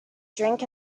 drink